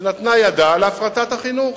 שנתנו ידן להפרטת החינוך.